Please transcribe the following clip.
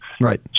right